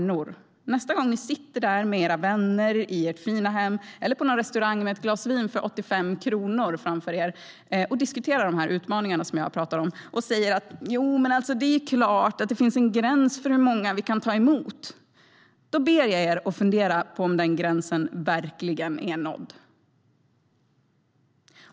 Jag ber er att fundera på en sak nästa gång ni sitter där med era vänner i ert fina hem, eller på någon restaurang med ett glas vin för 85 kronor framför er, diskuterar de utmaningar jag talar om och säger: Jo, men det är klart att det finns en gräns för hur många vi kan ta emot. Då ber jag er att fundera på om den gränsen verkligen är nådd.